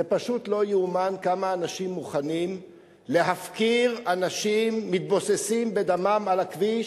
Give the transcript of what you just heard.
פשוט לא יאומן כמה אנשים מוכנים להפקיר אנשים מתבוססים בדמם על הכביש,